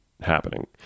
happening